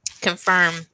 confirm